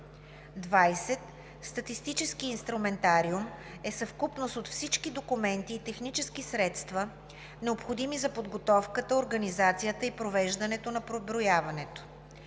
20. „Статистически инструментариум“ е съвкупност от всички документи и технически средства, необходими за подготовката, организацията и провеждането на преброяването.